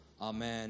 amen